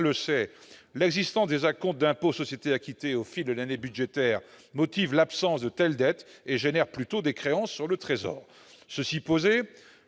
le sait, l'existence des acomptes de l'impôt sur les sociétés acquittés au fil de l'année budgétaire motive l'absence de telles dettes et engendre plutôt des créances sur le Trésor. Cela posé,